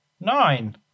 Nine